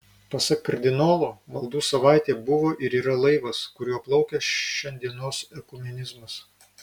pasak kardinolo maldų savaitė buvo ir yra laivas kuriuo plaukia šiandienos ekumenizmas